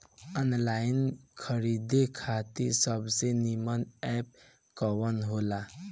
Online खरीदे खातिर सबसे नीमन एप कवन हो ला?